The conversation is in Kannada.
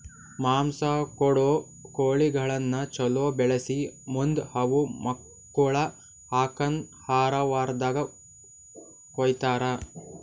ಮಾಂಸ ಕೊಡೋ ಕೋಳಿಗಳನ್ನ ಛಲೋ ಬೆಳಿಸಿ ಮುಂದ್ ಅವು ಮಕ್ಕುಳ ಹಾಕನ್ ಆರ ವಾರ್ದಾಗ ಕೊಯ್ತಾರ